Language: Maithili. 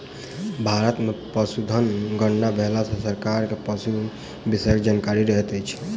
भारत मे पशुधन गणना भेला सॅ सरकार के पशु विषयक जानकारी रहैत छै